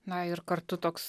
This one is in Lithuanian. na ir kartu toks